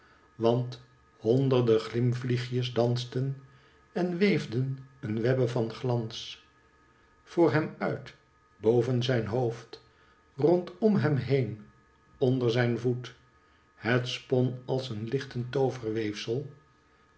want honderde glimvliegjes dansten en weefden een webbe van glans voor hem uit boven zijn hoofd rondom hem heen onder zijn voet het spon als een lichtend